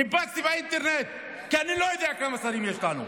חיפשתי באינטרנט, כי אני לא יודע כמה שרים יש לנו.